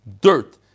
dirt